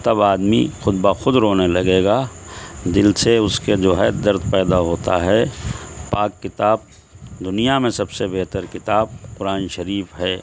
تب آدمی خود بخود رونے لگے گا جن سے اس کے جو ہے درد پیدا ہوتا ہے پاک کتاب دنیا میں سب سے بہتر کتاب قرآن شریف ہے